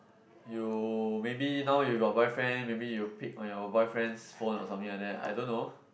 you maybe now you got boyfriend maybe you peep on your boyfriend's phone or something like that I don't know